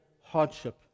hardship